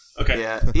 Okay